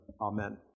Amen